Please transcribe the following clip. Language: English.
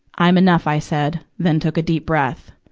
i'm enough i said, then took a deep breath.